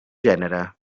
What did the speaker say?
gènere